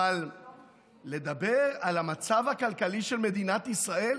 אבל לדבר על המצב הכלכלי של מדינת ישראל,